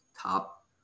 top